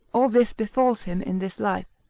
all this befalls him in this life,